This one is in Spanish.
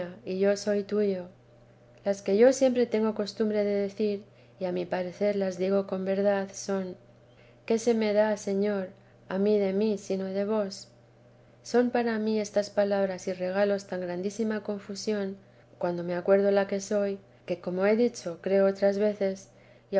y yo soy tuyo las que yo siempre tengo costumbre de decir y a mi parecer las digo con verdad son qué se me da señor a mí de mí sino de vos son para mí estas palabras y regalos tan grandísima confusión arando me acuerdo la que soy que como he dicho creo otras veces